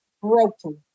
broken